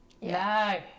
No